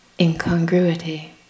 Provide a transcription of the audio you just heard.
incongruity